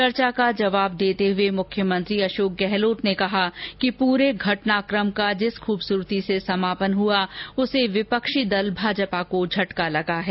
चर्चा का जवाब देते हुए मुख्यमंत्री अशोक गहलोत ने कहा कि पूरे घटनाक्रम का जिस खूबसूरती से समापन हुआ उससे विपक्षी दल भाजपा को झटका लगा है